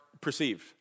perceived